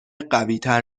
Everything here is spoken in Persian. قویتر